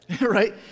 Right